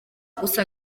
gusa